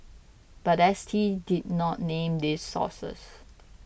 but S T did not name these sources